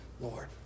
Lord